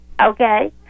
Okay